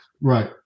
right